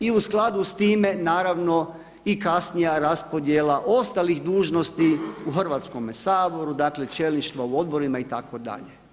I u skladu sa time naravno i kasnija raspodjela ostalih dužnosti u Hrvatskome saboru, dakle čelništva u odborima itd.